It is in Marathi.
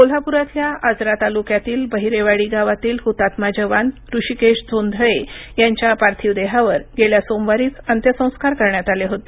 कोल्हापुरातल्या आजरा तालुक्यातील बहिरेवाडी गावातील हुतात्मा जवान ऋषिकेश जोंधळे यांच्या पार्थिव देहावर गेल्या सोमवारीच अंत्यसंस्कार करण्यात आले होते